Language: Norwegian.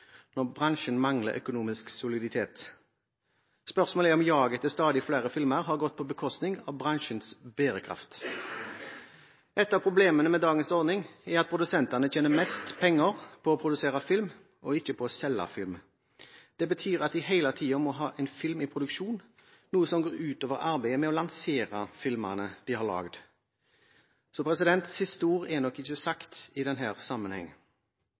når bransjen mangler økonomisk soliditet. Spørsmålet er om jaget etter stadig flere filmer har gått på bekostning av bransjens bærekraft. Et av problemene med dagens ordning er at produsentene tjener mest penger på å produsere film og ikke på å selge film. Det betyr at de hele tiden må ha en film i produksjon, noe som går ut over arbeidet med å lansere filmene de har laget. Så siste ord er nok ikke sagt i